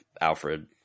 Alfred